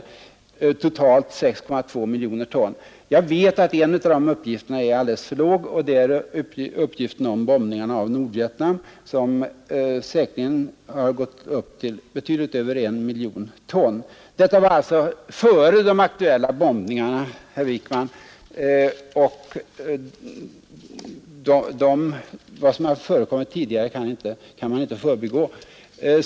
Jag vet att en av dessa uppgifter är alldeles för låg, nämligen den som avser bombningen av Nordvietnam. Denna har säkerligen uppgått till betydligt över 1 miljon ton. Detta var alltså före de aktuella bombningarna, herr Wijkman, och man kan inte förbigå det som har hänt tidigare.